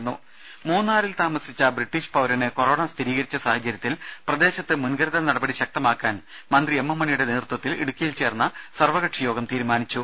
രദേശ മുന്നാറിൽ താമസിച്ച ബ്രിട്ടീഷ് പൌരന് കൊറോണ സ്ഥിരീകരിച്ച സാഹചര്യത്തിൽ പ്രദേശത്ത് മുൻ കരുതൽ നടപടി ശക്തമാക്കാൻ മന്ത്രി എം എം മണിയുടെ നേതൃത്വത്തിൽ ഇടുക്കിയിൽ ചേർന്ന സർവകക്ഷി യോഗം തീരുമാനിച്ചു